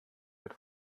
wird